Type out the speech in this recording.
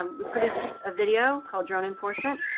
um we produced a video called drone enforcement.